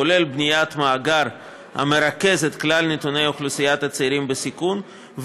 כולל בניית מאגר המרכז את כלל נתוני אוכלוסיית הצעירים בסיכון,